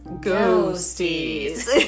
Ghosties